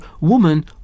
Woman